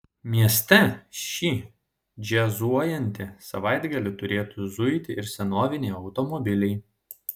mieste šį džiazuojantį savaitgalį turėtų zuiti ir senoviniai automobiliai